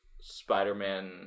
spider-man